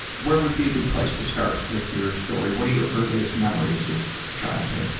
where would be a good place to start with your story, what are your earliest memories of of childhood?